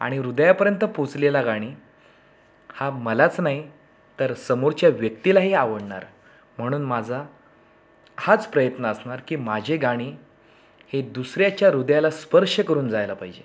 आणि हृदयापर्यंत पोचलेला गाणी हा मलाच नाही तर समोरच्या व्यक्तीलाही आवडणार म्हणून माझा हाच प्रयत्न असणार की माझे गाणी हे दुसऱ्याच्या हृदयाला स्पर्श करून जायला पाहिजे